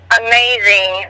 amazing